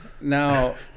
now